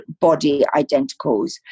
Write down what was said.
body-identicals